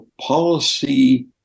policy